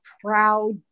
proud